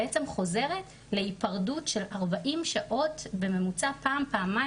בעצם חוזרת להיפרדות של 40 שעות בממוצע פעם-פעמיים